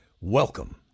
welcome